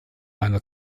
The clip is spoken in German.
einer